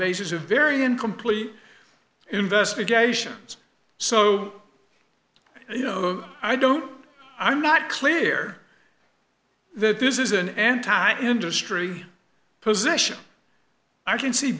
basis of very incomplete investigations so you know i don't i'm not clear that this is an anti industry position i can see